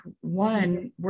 One